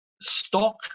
stock